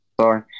sorry